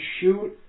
shoot